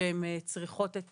כשהן צריכות את